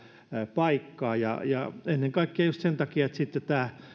paikkaa ja ja ennen kaikkea just sen takia että sitten tämä